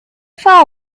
far